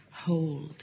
hold